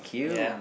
ya